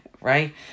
Right